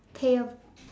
payab~